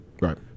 Right